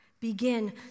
Begin